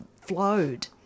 flowed